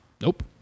Nope